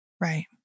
right